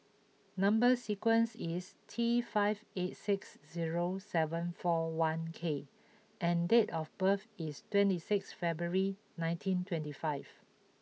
number sequence is T five eight six zero seven four one K and date of birth is twenty six February nineteen twenty five